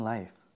Life